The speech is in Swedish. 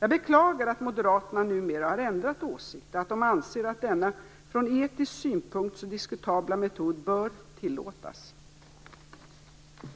Jag beklagar att moderaterna numera har ändrat åsikt och att de anser att denna från etisk synpunkt så diskutabla metod bör tillåtas (se